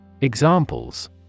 Examples